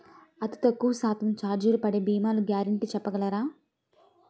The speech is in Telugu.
అతి తక్కువ శాతం ఛార్జీలు పడే భీమాలు గ్యారంటీ చెప్పగలరా?